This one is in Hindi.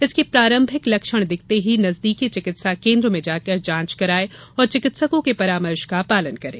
इसके प्रारंभिक लक्षण दिखते ही नजदीकी चिकित्सा केंद्र में जाकर जांच कराएं और चिकित्सकों के परामर्श का पालन करें